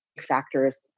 factors